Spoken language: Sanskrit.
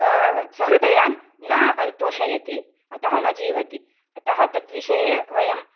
सहृदयान् न तोषयति अतः न जीवति अतः तद्विषये वयं